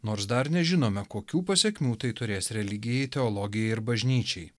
nors dar nežinome kokių pasekmių tai turės religijai teologijai ir bažnyčiai